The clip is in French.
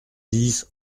dix